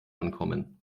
ankommen